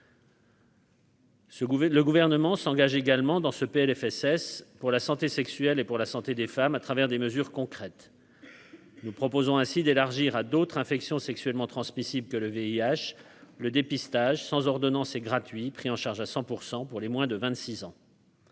le gouvernement s'engage également dans ce PLFSS pour la santé sexuelle et pour la santé des femmes à travers des mesures concrètes, nous proposons ainsi d'élargir à d'autres infections sexuellement transmissibles que le VIH, le dépistage sans ordonnance et gratuit, pris en charge à 100 % pour les moins de 26 ans.